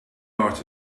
art